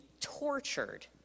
tortured